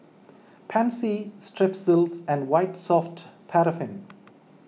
Pansy Strepsils and White Soft Paraffin